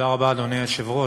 אדוני היושב-ראש,